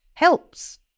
Helps